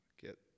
get